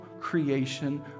creation